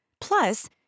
plus